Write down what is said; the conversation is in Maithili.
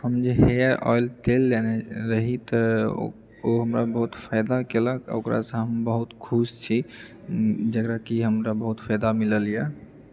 हम जे हेयर आयल तेल लेने रही तऽ ओ हमरा बहुत फायदा केलक आ ओकरासँ हम बहुत खुश छी जकरा कि हमरा बहुत फायदा मिलैए